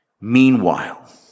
Meanwhile